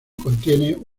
contiene